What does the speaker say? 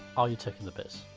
are you taking the piss.